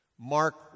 Mark